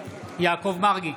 מרגי,